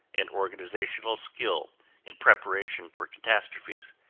and organizational skill in preparation for catastrophes.